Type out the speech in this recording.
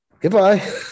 goodbye